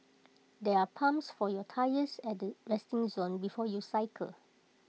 there are pumps for your tyres at the resting zone before you cycle